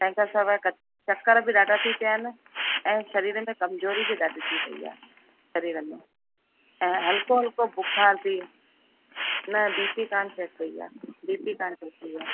तएं खां सवाइ क चकर बि ॾाढा थी पिया आहिनि ऐं सरीर में कमज़ोरी बि ॾाढी थी पेई आहे सरीर में ऐं हल्को हल्को बुख़ार बि न बी पी कान चेक कई आहे बी पी कान चेक कई आहे